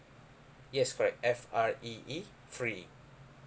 yes correct F R E E free